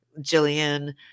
Jillian